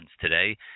today